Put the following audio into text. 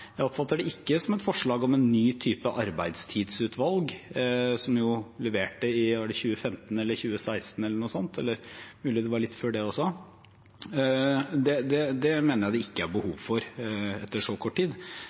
Jeg oppfatter det ikke som et forslag om en ny type arbeidstidsutvalg, som jo leverte i 2015, 2016 eller noe sånt – det er mulig det var litt før det. Det mener jeg det ikke er behov for etter så kort tid.